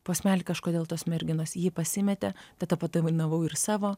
posmelį kažkodėl tos merginos ji pasimetė tada padainavau ir savo